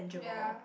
ya